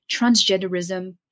transgenderism